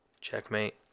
Checkmate